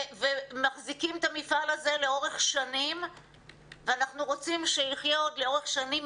הם מחזיקים את המפעל הזה לאורך שנים ואנחנו רוצים שיחיה לאורך שנים